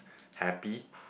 happy